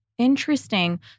Interesting